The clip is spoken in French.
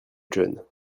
john